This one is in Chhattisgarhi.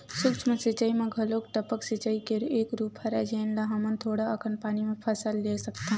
सूक्ष्म सिचई म घलोक टपक सिचई के एक रूप हरय जेन ले हमन थोड़ा अकन पानी म फसल ले सकथन